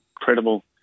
incredible